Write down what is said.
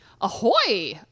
Ahoy